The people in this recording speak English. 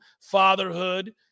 fatherhood